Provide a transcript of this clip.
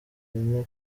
bine